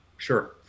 Sure